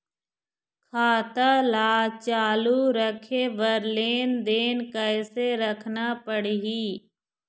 खाता ला चालू रखे बर लेनदेन कैसे रखना पड़ही?